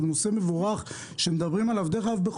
שהוא נושא מבורך ומדברים עליו דרך אגב,